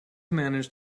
managed